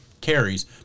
carries